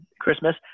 Christmas